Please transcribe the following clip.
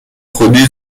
خودی